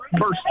first